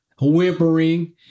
whimpering